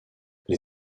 les